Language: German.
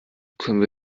können